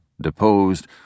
deposed